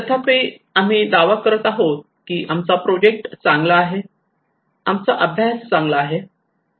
तथापि आम्ही दावा करत आहोत की आमचा प्रोजेक्ट चांगला आहे आमचा अभ्यास चांगला आहे